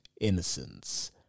Innocence